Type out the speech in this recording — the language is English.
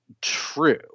true